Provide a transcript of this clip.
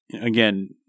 Again